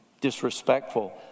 disrespectful